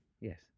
yes